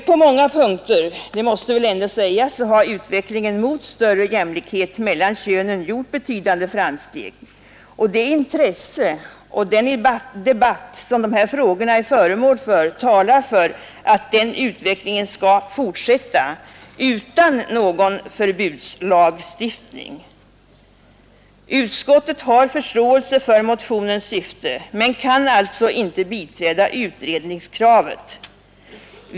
På många punkter — det måste väl ändå sägas — har utvecklingen mot större jämlikhet mellan könen gjort betydande framsteg, och det intresse och den debatt som de här frågorna är föremål för visar på att den utvecklingen skall fortsätta utan någon förbudslagstiftning. Utskottet har förståelse för motionens syfte men kan alltså inte biträda utredningskravet.